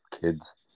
kids